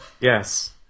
Yes